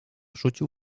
rzucił